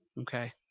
okay